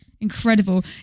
incredible